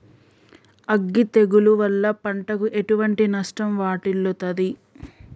అగ్గి తెగులు వల్ల పంటకు ఎటువంటి నష్టం వాటిల్లుతది?